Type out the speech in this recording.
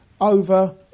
over